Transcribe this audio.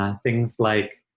um things like,